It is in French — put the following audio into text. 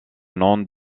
nom